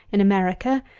in america,